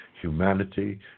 humanity